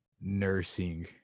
nursing